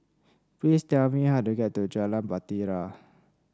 please tell me how to get to Jalan Bahtera